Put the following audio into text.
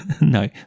No